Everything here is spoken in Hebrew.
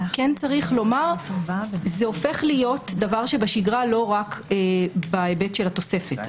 כן צריך לומר שזה הופך להיות דבר שבשגרה ולא רק בהיבט של התוספת.